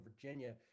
Virginia